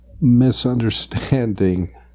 misunderstanding